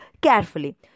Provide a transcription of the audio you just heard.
carefully